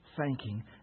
thanking